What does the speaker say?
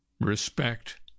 respect